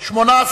הימין המחנה